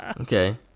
Okay